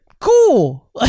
Cool